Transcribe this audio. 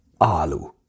alu